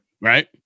Right